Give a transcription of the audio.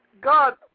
God